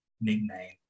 nickname